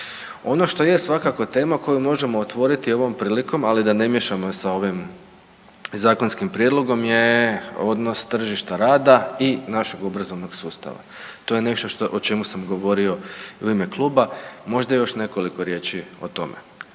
Ono što je svakako tema koju možemo otvoriti ovom prilikom, ali da ne miješamo je sa ovim zakonskim prijedlogom je odnos tržišta rada i našeg obrazovnog sustava, to je nešto o čemu sam govorio u ime kluba, možda još nekoliko riječi o tome.